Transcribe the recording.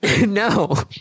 No